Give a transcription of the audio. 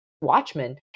Watchmen